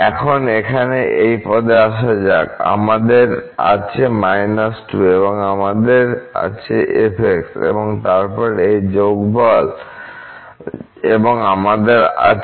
এখন এখানে এই পদে আসা যাক আমাদের আছে 2 এবং আমাদের আছে f এবং তারপর এই যোগফল এবং আমাদের আছে